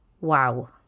Wow